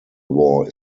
war